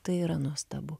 tai yra nuostabu